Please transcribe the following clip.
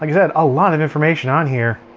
like i said, a lot of information on here.